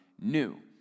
new